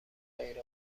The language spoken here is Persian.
غیر